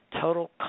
total